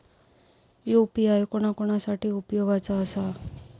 UPI कोणा कोणा साठी उपयोगाचा आसा?